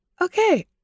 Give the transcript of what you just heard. Okay